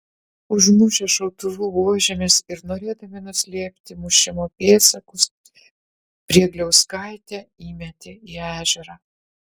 užmušę šautuvų buožėmis ir norėdami nuslėpti mušimo pėdsakus preilauskaitę įmetė į ežerą